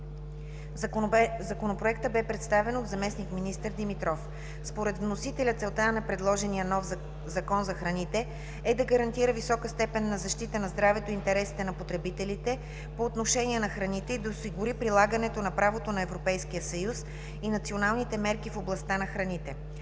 Законопроектът бе представен от заместник-министър Димитров. Според вносителя целта на предложения нов Закон за храните е да гарантира висока степен на защита на здравето и интересите на потребителите по отношение на храните и да осигури прилагането на правото на Европейския съюз и националните мерки в областта на храните.